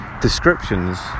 descriptions